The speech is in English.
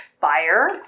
fire